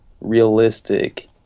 realistic